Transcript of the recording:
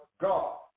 God